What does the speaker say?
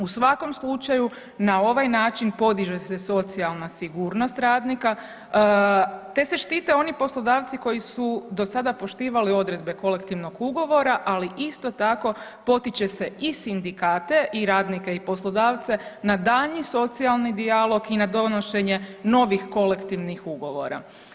U svakom slučaju na ovaj način podiže se socijalna sigurnost radnika, te se štite oni poslodavci koji su do sada poštivali odredbe kolektivnog ugovora, ali isto tako potiče se i sindikate i radnike i poslodavce na daljnji socijalni dijalog i na donošenje novih kolektivnih ugovora.